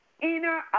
inner